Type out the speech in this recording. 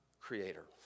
creator